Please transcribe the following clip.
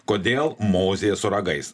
kodėl mozė su ragais